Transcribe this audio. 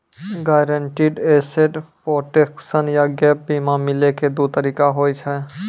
guaranteed asset protection या gap बीमा मिलै के दु तरीका होय छै